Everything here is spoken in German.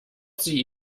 sie